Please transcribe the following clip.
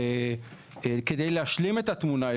כדי להשלים את התמונה,